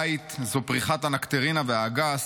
בית זו פריחת הנקטרינה והאגס,